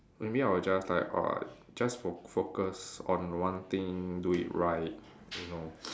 maybe I will just like uh just fo~ focus on one thing do it right you know